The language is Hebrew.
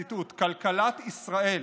ציטוט: כלכלת ישראל